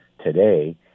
today